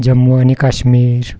जम्मू आणि काश्मीर